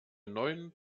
neuen